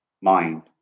mind